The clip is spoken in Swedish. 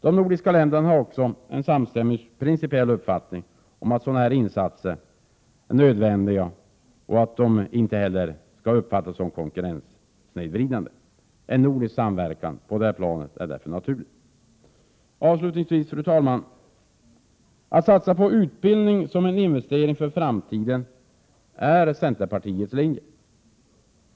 De nordiska länderna har en samstämmig principiell uppfattning om att sådana insatser är nödvändiga och att de inte skall uppfattas som konkurrenssnedvridande. En nordisk samverkan på detta plan är därför naturlig. Avslutningsvis, fru talman! Att satsa på utbildning som en investering för framtiden är centerpartiets linje.